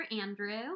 Andrew